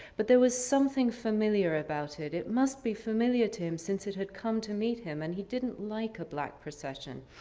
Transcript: but there was something familiar about it. it must be familiar to him since it had come to meet him and he didn't like the black procession.